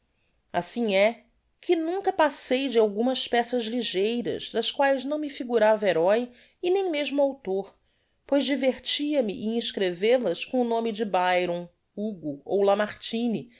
assim é que nunca passei de algumas peças ligeiras das quaes não me figurava heróe e nem mesmo author pois divertia me em escrevel as com o nome de byron hugo ou lamartine